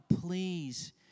please